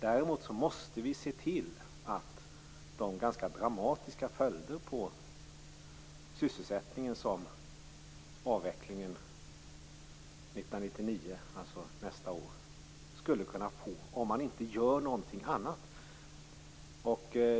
Däremot måste vi se över de ganska dramatiska följder på sysselsättningen som avvecklingen 1999 - nästa år - skulle kunna få om inte något annat görs.